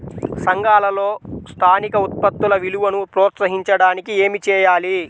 సంఘాలలో స్థానిక ఉత్పత్తుల విలువను ప్రోత్సహించడానికి ఏమి చేయాలి?